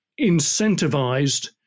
incentivized